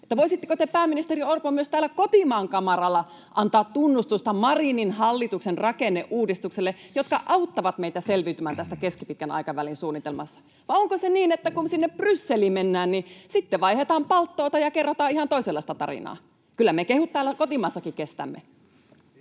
Voisitteko te, pääministeri Orpo, myös täällä kotimaan kamaralla antaa tunnustusta Marinin hallituksen rakenneuudistuksille, jotka auttavat meitä selviytymään tässä keskipitkän aikavälin suunnitelmassa? Vai onko se niin, että kun sinne Brysselin mennään, niin sitten vaihdetaan palttoota ja kerrotaan ihan toisenlaista tarinaa? Kyllä me kehut täällä kotimaassakin kestämme.